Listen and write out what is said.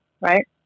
Right